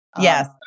Yes